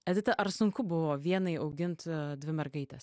edita ar sunku buvo vienai augint dvi mergaites